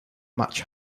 much